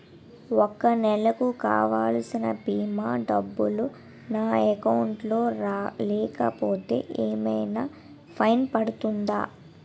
ఒక నెలకు కావాల్సిన భీమా డబ్బులు నా అకౌంట్ లో లేకపోతే ఏమైనా ఫైన్ పడుతుందా?